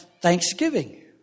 Thanksgiving